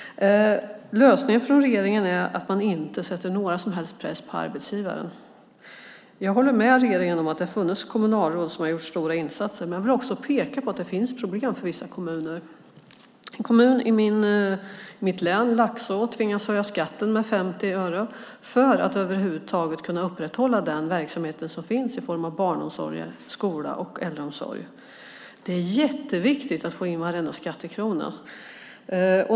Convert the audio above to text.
Lösningen från regeringen är att inte sätta någon som helst press på arbetsgivaren. Jag håller med regeringen om att det har funnits kommunalråd som har gjort stora insatser, men jag vill också peka på att det finns problem för vissa kommuner. En kommun i mitt län, Laxå, tvingas höja skatten med 50 öre för att över huvud taget kunna upprätthålla den verksamhet som finns i form av barnomsorg, skola och äldreomsorg. Det är jätteviktigt att få in varenda skattekrona.